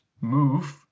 move